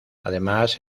además